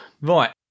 Right